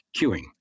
queuing